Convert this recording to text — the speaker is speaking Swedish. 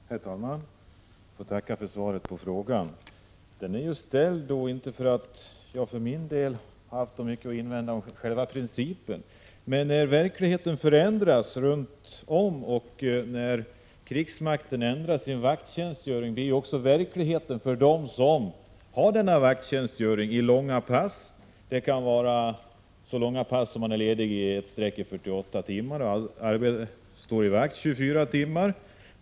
Herr talman! Jag tackar för svaret på frågan. Den är ställd inte för att jag för min del har haft så mycket att invända mot principen, men verkligheten förändras runt om. När krigsmakten ändrar sin vakttjänst blir ju också verkligheten annorlunda för dem som har denna tjänstgöring i långa pass — det kan vara så långa pass att de sedan har ledigt i ett sträck 48 timmar för att därefter gå vakt 24 timmar.